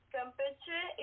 Campeche